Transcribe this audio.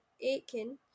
Aiken